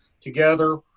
together